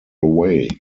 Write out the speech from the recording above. way